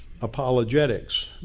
Apologetics